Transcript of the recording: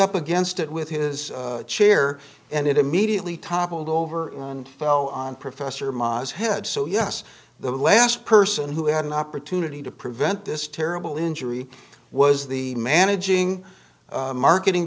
up against it with his chair and it immediately toppled over and fell on professor ma's head so yes the last person who had an opportunity to prevent this terrible injury was the managing marketing